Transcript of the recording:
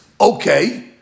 okay